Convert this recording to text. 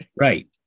Right